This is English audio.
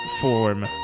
form